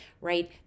right